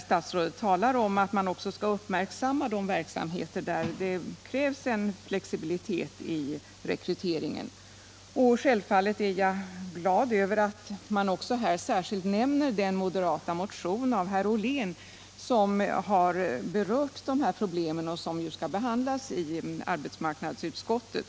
Statsrådet talar om att man också skall uppmärksamma de verksamheter där det krävs flexibilitet i rekryteringen. Självfallet är jag glad över att man också särskilt nämner den moderata motion av herr Ollén som berör dessa problem och som nu skall behandlas i arbetsmarknadsutskottet.